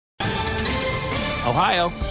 Ohio